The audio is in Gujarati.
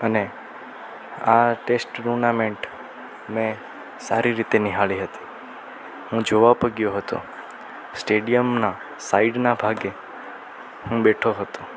અને આ ટેસ્ટ ટૂર્નામનેટ મેં સારી રીતે નિહાળી હતી હું જોવા પણ ગયો હતો સ્ટેડિયમના સાઈડના ભાગે હું બેઠો હતો